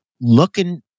looking